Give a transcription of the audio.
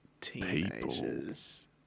teenagers